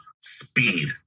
Speed